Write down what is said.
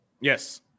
Yes